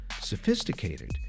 sophisticated